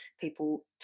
people